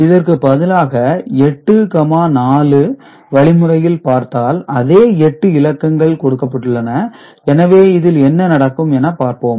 இதற்கு பதிலாக 84 வழிமுறையில் பார்த்தால் அதே எட்டு இலக்கங்கள் கொடுக்கப்பட்டுள்ளன எனவே இதில் என்ன நடக்கும் என பார்ப்போம்